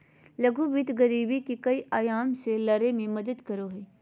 लघु वित्त गरीबी के कई आयाम से लड़य में मदद करो हइ